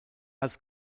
als